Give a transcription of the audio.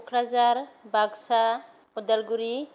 Kokrajhar Baksa Udalguri